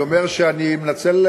אני אומר שאני מנצל,